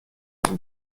بهم